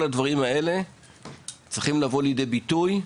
כל הדברים האלה צריכים לבוא לידי ביטוי.